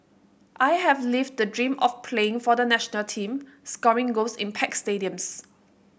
I have lived the dream of playing for the national team scoring goals in packed stadiums